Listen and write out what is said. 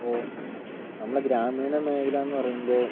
ഇപ്പോൾ നമ്മളുടെ ഗ്രാമീണ മേഖലയെന്നു പറയുമ്പോൾ